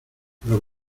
los